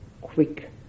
quick